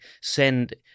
send